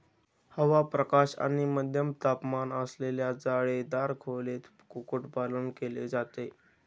हवा, प्रकाश आणि मध्यम तापमान असलेल्या जाळीदार खोलीत कुक्कुटपालन केले जाते